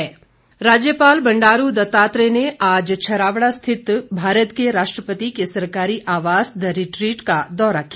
राज्यपाल राज्यपाल बंडारू दत्तात्रेय ने आज छराबड़ा स्थित भारत के राष्ट्रपति के सरकारी आवास द रिट्रीट का दौरा किया